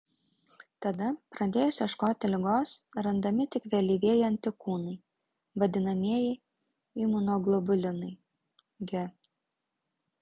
tada pradėjus ieškoti ligos randami tik vėlyvieji antikūnai vadinamieji imunoglobulinai g